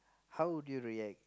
how would you react